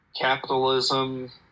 capitalism